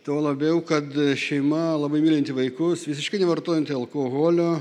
tuo labiau kad šeima labai mylinti vaikus visiškai nevartojanti alkoholio